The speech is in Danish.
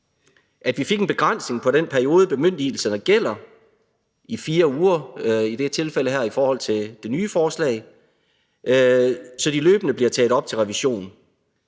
at vi fik en begrænsning på den periode, bemyndigelserne gælder, i det her tilfælde i 4 uger, i forhold til det nye forslag, så de løbende bliver taget op til revision;